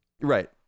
right